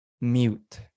mute